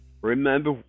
Remember